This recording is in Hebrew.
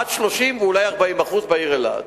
עד 30% ואולי 40% בעיר אילת.